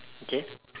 okay